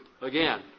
again